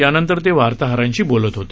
त्यानंतर ते वार्ताहरांशी बोलत होते